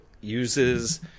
uses